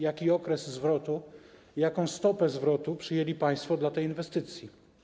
Jaki okres zwrotu i jaką stopę zwrotu przyjęli państwo dla tej inwestycji?